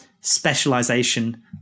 specialization